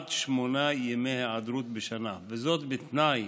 עד שמונה ימי היעדרות בשנה, וזאת בתנאי